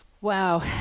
Wow